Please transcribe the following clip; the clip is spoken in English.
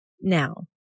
now